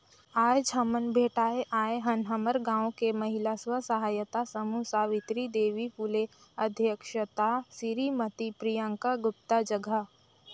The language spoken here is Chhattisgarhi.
आयज हमन भेटाय आय हन हमर गांव के महिला स्व सहायता समूह सवित्री देवी फूले अध्यक्छता सिरीमती प्रियंका गुप्ता जघा